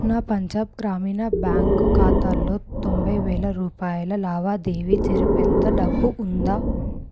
నా పంజాబ్ గ్రామీణ బ్యాంక్ ఖాతాలో తొంభైవేల రూపాయల లావాదేవీ జరిపేంత డబ్బు ఉందా